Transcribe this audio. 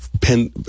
pen